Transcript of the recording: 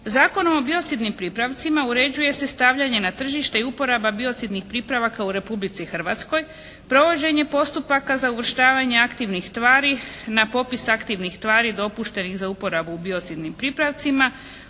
Zakonom o biocidnim pripravcima uređuje se stavljanje na tržište i uporaba biocidnih pripravaka u Republici Hrvatskoj, provođenje postupaka za uvrštavanje aktivnih tvari na popis aktivnih tvari dopuštenih za uporabu u biocidnim pripravcima,